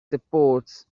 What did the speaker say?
supports